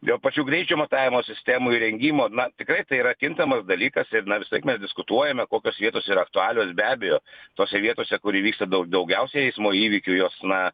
dėl pačių greičio matavimo sistemų įrengimo na tikrai tai yra kintamas dalykas ir na visąlaik mes diskutuojame kokios vietos yra aktualios be abejo tose vietose kur įvyksta dau daugiausia eismo įvykių jos na